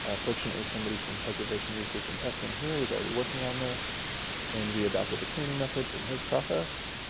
ah fortunately somebody from preservation research and testing here was already working on this and we adopted a cleaning method from his process,